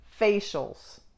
facials